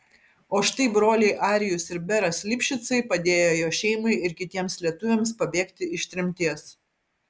o štai broliai arijus ir beras lipšicai padėjo jo šeimai ir kitiems lietuviams pabėgti iš tremties